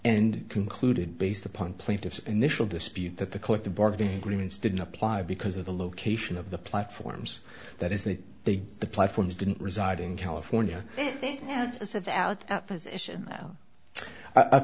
and concluded based upon plaintiff's initial dispute that the collective bargaining agreements didn't apply because of the location of the platforms that is that they the platforms didn't reside in california so the out of position